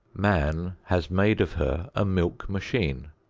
man has made of her a milk-machine.